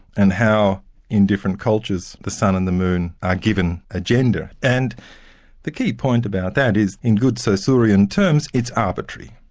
and how in different cultures the sun and the moon are given a gender, and the key point about that is in good so saussurean terms, it's arbitrary.